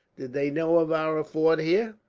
did they know of our fort here,